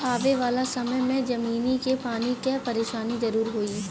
आवे वाला समय में जमीनी के पानी कअ परेशानी जरूर होई